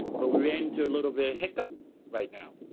but we ran into a little bit of hiccup right now.